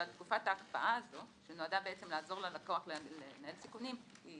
תקופת ההקפאה הזו שנועדה בעצם לעזור ללקוח לנהל סיכונים היא